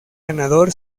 ganador